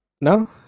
no